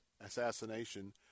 assassination